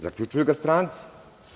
Zaključuju ga stranci.